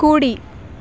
కుడి